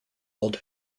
named